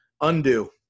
undo